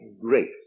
grace